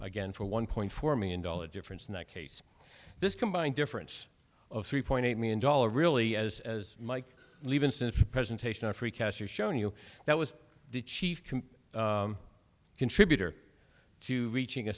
again for one point four million dollars difference in that case this combined difference of three point eight million dollars really as as mike levenson presentation our free cash are shown you that was the chief contributor to reaching a